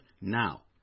now